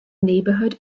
neighbourhood